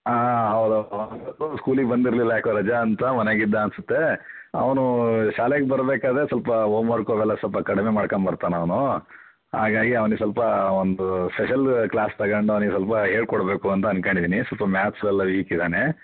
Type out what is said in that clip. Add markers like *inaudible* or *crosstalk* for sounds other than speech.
ಆಂ ಹೌದು *unintelligible* ಸ್ಕೂಲಿಗೆ ಬಂದಿರಲಿಲ್ಲ ಯಾಕೋ ರಜೆ ಅಂತ ಮನೆಗಿದ್ದ ಅನ್ನಿಸುತ್ತೆ ಅವನು ಶಾಲೆಗೆ ಬರಬೇಕಾದ್ರೆ ಸ್ವಲ್ಪ ಹೋಮ್ವರ್ಕ್ ಅವೆಲ್ಲ ಸ್ವಲ್ಪ ಕಡಿಮೆ ಮಾಡ್ಕಂಡು ಬರ್ತಾನೆ ಅವನು ಹಾಗಾಗಿ ಅವ್ನಿಗೆ ಸ್ವಲ್ಪ ಒಂದು ಸ್ಪೆಷಲ್ ಕ್ಲಾಸ್ ತಗಂಡು ಅವ್ನಿಗೆ ಸ್ವಲ್ಪ ಹೇಳಿಕೊಡ್ಬೇಕು ಅಂತ ಅನ್ಕೊಂಡಿದೀನಿ ಸ್ವಲ್ಪ ಮಾತ್ಸೆಲ್ಲ ವೀಕ್ ಇದ್ದಾನೆ